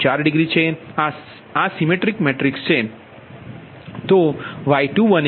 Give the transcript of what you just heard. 4 degree છે આ સપ્રમાણ મેટ્રિક્સ છે